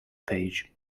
page